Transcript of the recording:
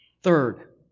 Third